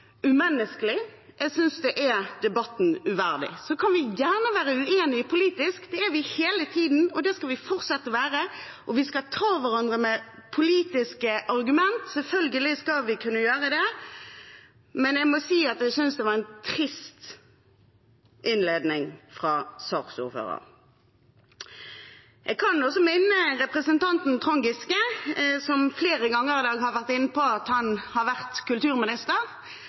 Jeg synes det er debatten uverdig. Vi kan gjerne være uenige politisk, det er vi hele tiden, og det skal vi fortsette å være, og vi skal ta hverandre med politiske argumenter, selvfølgelig skal vi kunne gjøre det, men jeg må si at jeg synes det var en trist innledning fra saksordføreren. Jeg kan også minne representanten Trond Giske, som flere ganger i dag har vært inne på at han har vært kulturminister,